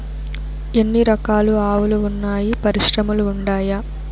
ఎన్ని రకాలు ఆవులు వున్నాయి పరిశ్రమలు ఉండాయా?